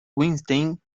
weinstein